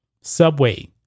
Subway